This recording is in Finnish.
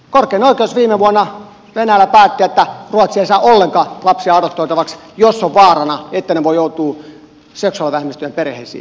korkein oikeus viime vuonna venäjällä päätti että ruotsi ei saa ollenkaan lapsia adoptoitavaksi jos on vaarana että he voivat joutua seksuaalivähemmistöjen perheisiin